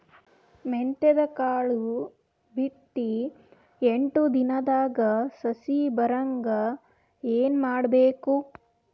ಮೆಂತ್ಯದ ಕಾಳು ಬಿತ್ತಿ ಎಂಟು ದಿನದಾಗ ಸಸಿ ಬರಹಂಗ ಏನ ಮಾಡಬೇಕು?